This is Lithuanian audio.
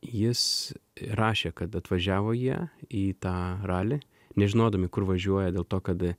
jis rašė kad atvažiavo jie į tą ralį nežinodami kur važiuoja dėl to kad